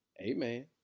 Amen